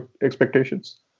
expectations